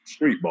streetball